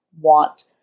want